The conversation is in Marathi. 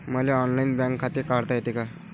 मले ऑनलाईन बँक खाते काढता येते का?